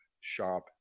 shop